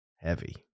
heavy